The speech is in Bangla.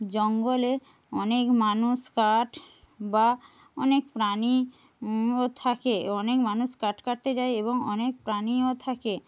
জঙ্গলে অনেক মানুষ কাঠ বা অনেক প্রাণী ও থাকে অনেক মানুষ কাঠ কাটতে যায় এবং অনেক প্রাণীও থাকে